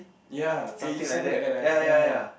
ya eh it's somewhere that a ya ya